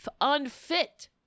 unfit